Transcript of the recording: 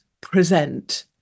present